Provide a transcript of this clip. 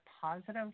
positive